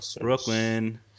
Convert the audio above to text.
Brooklyn